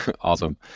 Awesome